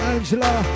Angela